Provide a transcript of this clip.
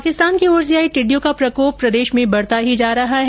पाकिस्तान की ओर से आई टिड्डियों का प्रकोप प्रदेश में बढता ही जा रहा है